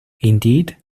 indeed